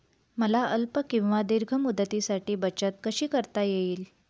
मला अल्प किंवा दीर्घ मुदतीसाठी बचत कशी करता येईल?